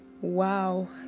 wow